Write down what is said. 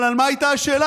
אבל על מה הייתה השאלה.